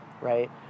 right